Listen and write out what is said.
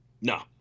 No